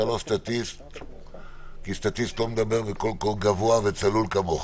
אתה לא סטטיסט כי סטטיסט לא מדבר בקול גבוה וצלול כמו שלך.